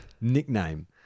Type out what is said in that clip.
Nickname